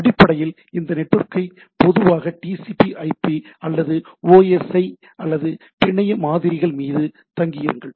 அடிப்படையில் இந்த நெட்வொர்க்கை பொதுவாக TCP IP அல்லது OSI அல்லது பிணைய மாதிரிகள் மீது தங்கியிருங்கள்